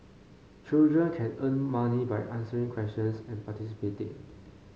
children can earn money by answering questions and participating